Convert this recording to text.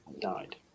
died